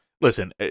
listen